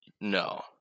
No